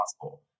possible